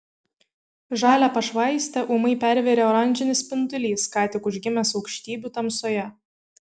žalią pašvaistę ūmai pervėrė oranžinis spindulys ką tik užgimęs aukštybių tamsoje